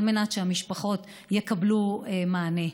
על מנת שהמשפחות יקבלו מענה.